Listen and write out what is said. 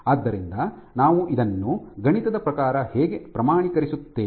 ಆದ್ದರಿಂದ ನಾವು ಇದನ್ನು ಗಣಿತದ ಪ್ರಕಾರ ಹೇಗೆ ಪ್ರಮಾಣೀಕರಿಸುತ್ತೇವೆ